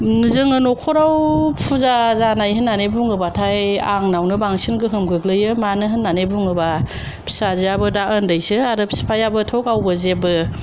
जोङो न'खराव फुजा जानाय होननानै बुङोबाथाय आंनावनो बांसिन गोहोम गोग्लैयो मानो होननानै बुङोबा फिसाजोआबो दा उन्दैसो आरो फिफायाबोथ' गावबो जेबो